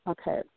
Okay